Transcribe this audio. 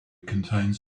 contains